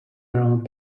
around